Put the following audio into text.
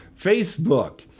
Facebook